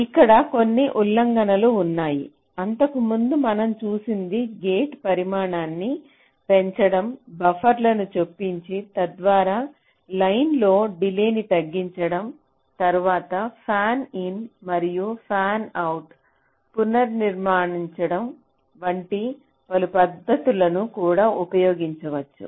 ఇక్కడ కొన్ని ఉల్లంఘనలు ఉన్నాయి అంతకుముందు మనం చూసింది గేట్ పరిమాణాన్ని పెంచడం బఫర్లను చొప్పించి తద్వారా లైన్ లో డిలే తగ్గించడం తరువాత ఫ్యానిన్ మరియు ఫ్యాన్అవుట్ను పునర్నిర్మించడం వంటి పలు పద్ధతులను కూడా ఉపయోగించవచ్చు